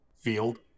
field